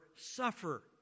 suffer